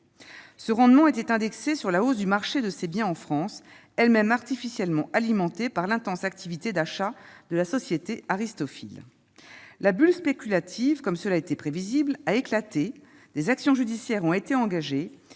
ce rendement était indexé sur la hausse du marché de ses biens en France, elles-mêmes artificiellement alimenté par l'intense activité d'achat de la société Aristophil, la bulle spéculative, comme cela était prévisible, a éclaté, des actions judiciaires ont été engagées